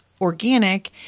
organic